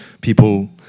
people